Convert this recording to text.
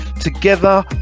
Together